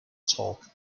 torque